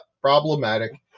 problematic